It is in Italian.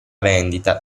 vendita